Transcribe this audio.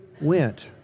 went